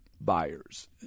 buyers